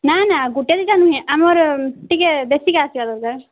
ନା ନା ଗୋଟେ ଦୁଇଟା ନୁହେଁ ଆମର ଟିକିଏ ଦେଖିକି ଆସିବା ଦରକାର